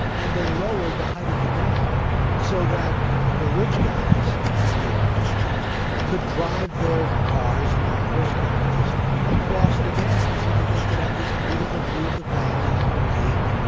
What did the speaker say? and they lowered the height of the dam so that the rich guys and their families could drive their cars and their horse carriages across the dam so that they could have this beautiful view of the valley and the lake.